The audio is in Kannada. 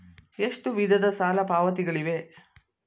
ಎಷ್ಟು ವಿಧದ ಸಾಲ ಪಾವತಿಗಳಿವೆ?